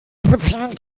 prozent